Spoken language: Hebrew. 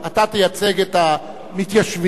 אתה תייצג את המתיישבים,